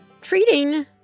Treating